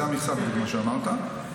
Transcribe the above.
זו המכסה ממה שאמרת.